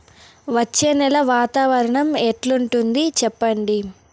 వచ్చే నెల వాతావరణం ఎట్లుంటుంది చెప్పండి?